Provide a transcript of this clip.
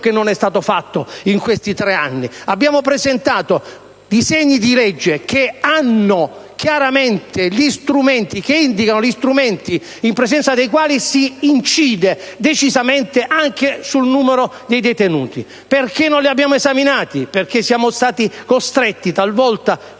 che non è stato fatto in questi tre anni. Abbiamo presentato disegni di legge che indicano chiaramente gli strumenti in presenza dei quali si incide decisamente anche sul numero dei detenuti. E perché non li abbiamo esaminati? Perché siamo stati costretti, talvolta